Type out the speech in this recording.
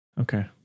Okay